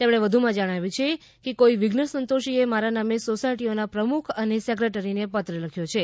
તેમણે વધુમાં જણાવ્યુ છે કે કોઇ વિઘ્નસંતોષીએ મારા નામે સોસાયટીઓના પ્રમુખ અને સેક્રેટરીને પત્ર લખ્યો છે